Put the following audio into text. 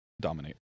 dominate